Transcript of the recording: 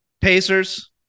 Pacers